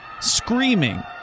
screaming